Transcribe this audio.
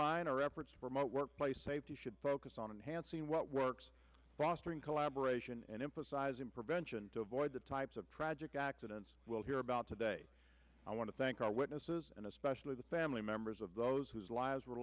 mind our efforts to promote workplace safety should focus on enhanced what works rostering collaboration and emphasizing prevention to avoid the types of tragic accidents we'll hear about today i want to thank our witnesses and especially the family members of those whose lives were